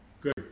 Good